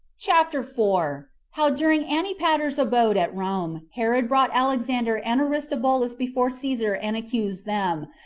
chapter four. how during antipater's abode at rome, herod brought alexander and aristobulus before caesar and accused them.